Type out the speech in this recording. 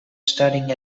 studying